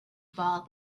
ball